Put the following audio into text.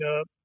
up